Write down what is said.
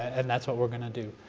and that's what we're going to do,